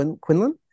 Quinlan